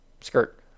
Skirt